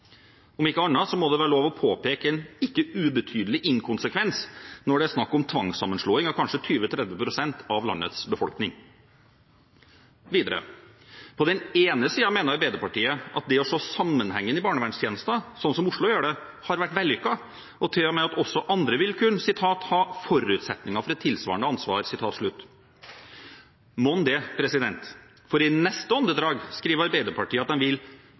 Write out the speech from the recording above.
Om ikke annet må det være lov å påpeke en ikke ubetydelig inkonsekvens når det er snakk om tvangssammenslåing av kanskje 20–30 pst. av landets befolkning. Videre: På den ene siden mener Arbeiderpartiet at det å se sammenhengen i barnevernstjenester, slik Oslo gjør det, har vært vellykket, og til og med at også andre vil kunne ha «forutsetninger for et tilsvarende ansvar». Mon det, for i neste åndedrag skriver Arbeiderpartiet at de vil